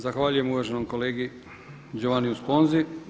Zahvaljujem uvaženom kolegi Giovanniu Sponzi.